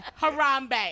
Harambe